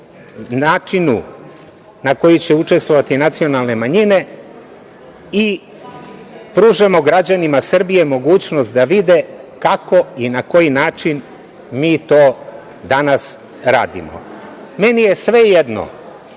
načinu na koji će učestvovati nacionalne manjine i pružamo građanima Srbije mogućnost da vide kako i na koji način mi to danas radimo. Meni je svejedno